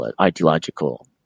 ideological